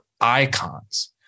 icons